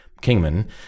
Kingman